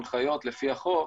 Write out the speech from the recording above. הנחיות לפי החוק,